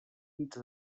nits